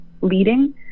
leading